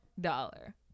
dollar